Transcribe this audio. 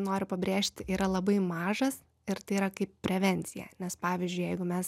noriu pabrėžti yra labai mažas ir tai yra kaip prevencija nes pavyzdžiui jeigu mes